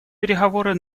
переговоры